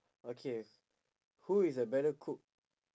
okay who is a better cook